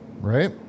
Right